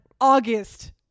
August